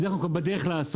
ואת זה אנחנו כבר בדרך לעשות,